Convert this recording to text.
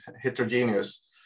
heterogeneous